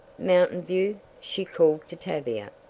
mountainview, she called to tavia.